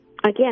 Again